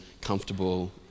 comfortable